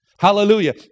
Hallelujah